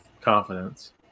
confidence